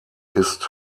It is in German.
ist